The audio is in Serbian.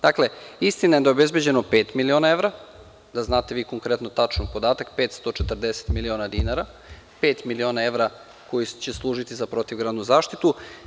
Dakle, istina je da je obezbeđeno pet miliona evra, da znate vi konkretno tačan podatak, 540 miliona dinara, pet miliona evra koji će služiti za protivgradnu zaštitu.